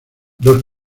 dos